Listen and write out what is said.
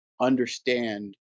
understand